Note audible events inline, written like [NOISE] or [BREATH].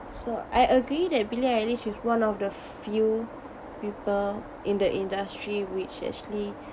so I agree that billie eilish is one of the few people in the industry which actually [BREATH]